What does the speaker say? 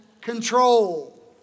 control